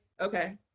Okay